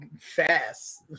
fast